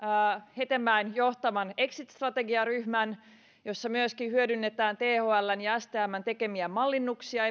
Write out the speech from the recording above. hetemäen johtaman exit strategiaryhmän jossa myöskin hyödynnetään thln ja stmn tekemiä mallinnuksia